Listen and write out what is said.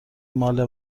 ماله